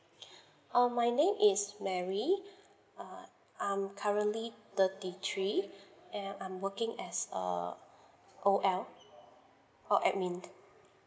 uh my name is marie uh I'm currently thirty three and I'm working as a O_L or admin